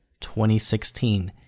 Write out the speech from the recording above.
2016